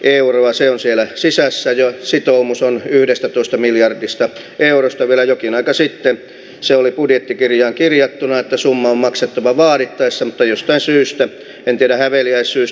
euroa se on siellä sisässä ja vaali on yhdestätoista miljardista eurosta vielä jokin aika sitten se oli budjettikirjaan kirjattuna että summaa maksettava vaadittaessa mutta jostain syystä vielä yksimielinen ja